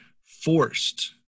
forced